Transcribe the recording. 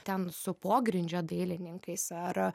ten su pogrindžio dailininkais ar